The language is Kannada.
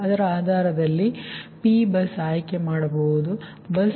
ಅದರ ಆಧಾರದ ಮೇಲೆ ನಾನು P ಬಸ್ ಆಯ್ಕೆ ಮಾಡಬಯಸುತ್ತೇನೆ